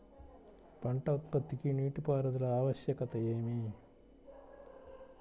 పంట ఉత్పత్తికి నీటిపారుదల ఆవశ్యకత ఏమి?